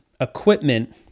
equipment